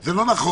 זה לא נכון.